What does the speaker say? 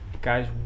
guys